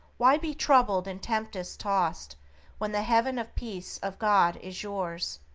why be troubled and tempest-tossed when the haven of peace of god is yours!